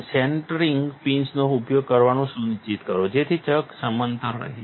centring પિન્સનો ઉપયોગ કરવાનું સુનિશ્ચિત કરો જેથી ચક સમતળ થઈ જાય